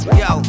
yo